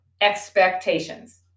expectations